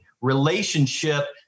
relationship